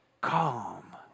calm